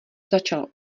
začal